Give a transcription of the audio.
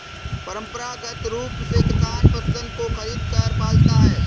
परंपरागत रूप से किसान पशुधन को खरीदकर पालता है